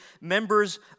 members